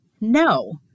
No